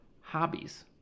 hobbies